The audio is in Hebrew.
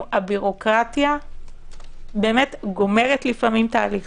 הבירוקרטיה גומרת לפעמים את ההליך.